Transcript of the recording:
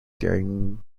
during